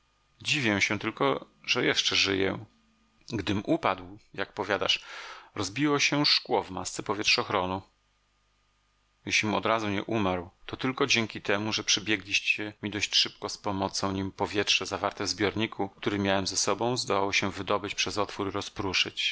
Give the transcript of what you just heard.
dziwię się tylko że jeszcze żyję gdym upadł jak powiadasz rozbiło się szkło w masce powietrzochronu jeślim odrazu nie umarł to tylko dzięki temu że przybiegliście mi dość szybko z pomocą nim powietrze zawarte w zbiorniku który miałem ze sobą zdołało się wydobyć przez otwór i rozprószyć